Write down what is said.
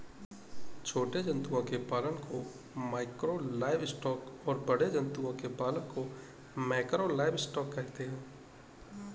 छोटे जंतुओं के पालन को माइक्रो लाइवस्टॉक और बड़े जंतुओं के पालन को मैकरो लाइवस्टॉक कहते है